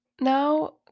now